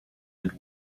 and